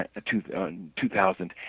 2000